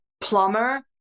plumber